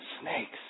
Snakes